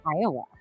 Iowa